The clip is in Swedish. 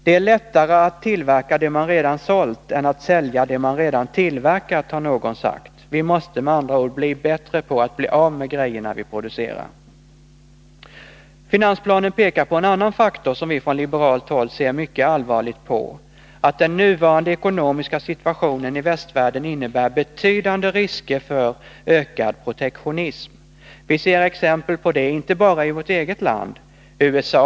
”Det är lättare att tillverka det man redan sålt — än att sälja det man redan tillverkat”, har någon sagt. Vi måste med andra ord bli bättre på att bli av med grejerna vi producerar. Finansplanen pekar på en annan faktor som vi från liberalt håll ser mycket allvarligt på: att den nuvarande ekonomiska situationen i västvärlden innebär betydande risker för ökad protektionism. Vi ser exempel på det inte bara i vårt eget land utan också utomlands.